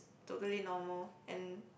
totally normal and